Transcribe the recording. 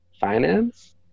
finance